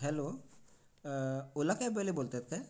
hello Ola कॅबवाले बोलत आहेत काय